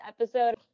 episode